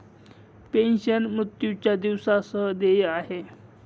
pension, मृत्यूच्या दिवसा सह देय आहे